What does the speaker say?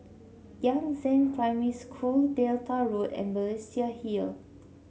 Yangzheng Primary School Delta Road and Balestier Hill